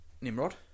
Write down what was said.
nimrod